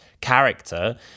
character